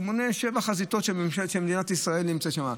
הוא מונה חזיתות שמדינת ישראל נמצאת בהן.